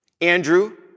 Andrew